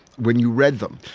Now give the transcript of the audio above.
when you read them,